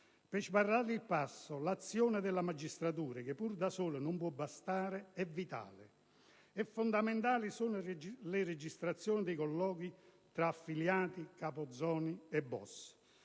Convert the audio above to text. per sbarrarle il passo l'azione della magistratura, che pure da sola non può bastare, è vitale. Fondamentali sono le registrazioni dei colloqui tra affiliati, capizona e *boss*.